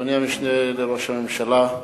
אדוני המשנה לראש הממשלה,